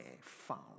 found